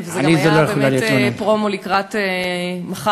וזה גם היה באמת פרומו לקראת מחר,